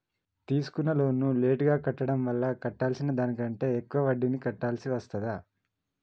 తీసుకున్న లోనును లేటుగా కట్టడం వల్ల కట్టాల్సిన దానికంటే ఎక్కువ వడ్డీని కట్టాల్సి వస్తదా?